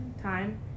time